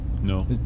no